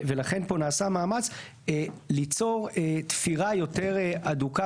ולכן פה נעשה מאמץ ליצור תפירה יותר הדוקה